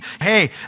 hey